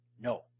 No